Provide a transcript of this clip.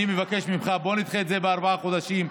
אני מבקש ממך: בוא נדחה את זה בארבעה חודשים,